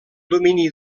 domini